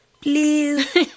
Please